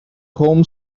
home